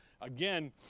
Again